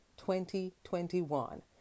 2021